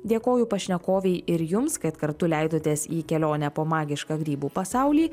dėkoju pašnekovei ir jums kad kartu leidotės į kelionę po magišką grybų pasaulį